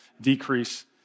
decrease